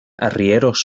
arrieros